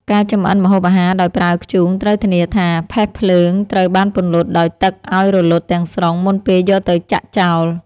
ការចម្អិនម្ហូបអាហារដោយប្រើធ្យូងត្រូវធានាថា ផេះភ្លើងត្រូវបានពន្លត់ដោយទឹកឱ្យរលត់ទាំងស្រុងមុនពេលយកទៅចាក់ចោល។